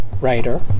writer